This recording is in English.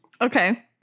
Okay